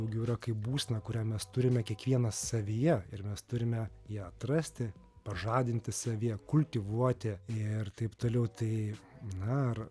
daugiau yra kaip būsena kurią mes turime kiekvienas savyje ir mes turime ją atrasti pažadinti savyje kultivuoti ir taip toliau tai na ar